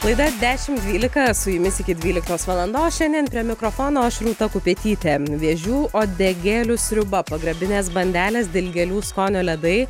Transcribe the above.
laida dešimt dvylika su jumis iki dvyliktos valandos šiandien prie mikrofono aš rūta kupetytė vėžių uodegėlių sriuba pagrabinės bandelės dilgėlių skonio ledai